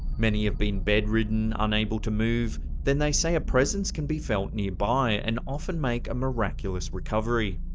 many have been bedridden, unable to move, then they say a presence can be felt nearby, and often make a miraculous recovery.